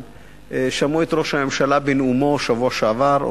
שמעו את ראש הממשלה בנאומו בשבוע שעבר.